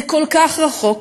זה כל כך רחוק,